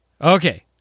okay